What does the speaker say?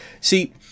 See